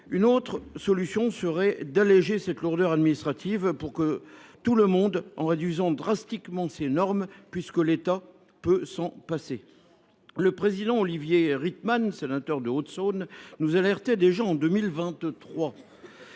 Une autre solution serait d’alléger cette lourdeur administrative pour tout le monde, en réduisant radicalement ces normes, puisque l’État peut s’en passer. Le président Olivier Rietmann, sénateur de Haute Saône, nous alertait déjà sur